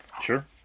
Sure